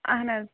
اہَن حظ